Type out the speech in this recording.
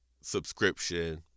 subscription